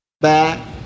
Back